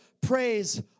praise